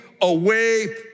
away